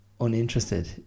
uninterested